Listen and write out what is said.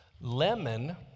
Lemon